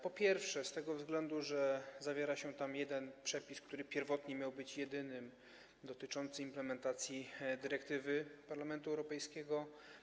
Po pierwsze, z tego względu, że zawiera się tam jeden przepis, który pierwotnie miał być jedynym dotyczącym implementacji dyrektywy Parlamentu Europejskiego.